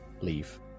leave